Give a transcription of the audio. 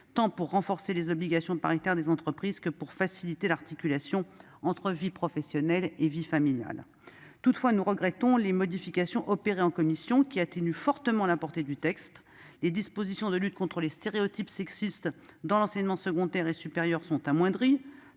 de renforcer les obligations paritaires des entreprises ou de faciliter l'articulation entre la vie professionnelle et la vie familiale. Toutefois, nous regrettons certaines modifications opérées en commission, qui atténuent fortement la portée du texte. Les mesures de lutte contre les stéréotypes sexistes dans l'enseignement secondaire et supérieur sont amoindries.